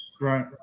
Right